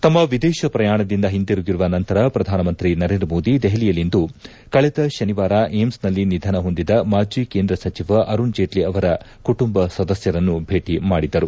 ತಮ್ನ ವಿದೇಶ ಪ್ರಯಾಣದಿಂದ ಹಿಂದಿರುಗಿದ ನಂತರ ಪ್ರಧಾನಮಂತ್ರಿ ನರೇಂದ್ರ ಮೋದಿ ದೆಹಲಿಯಲ್ಲಿಂದು ಕಳೆದ ಶನಿವಾರ ಏಮ್ಸ್ನಲ್ಲಿ ನಿಧನ ಹೊಂದಿದ ಮಾಜಿ ಕೇಂದ್ರ ಸಚಿವ ಅರುಣ್ಜೇಟ್ಲ ಅವರ ಕುಟುಂಬ ಸದಸ್ನರನ್ನು ಭೇಟ ಮಾಡಿದರು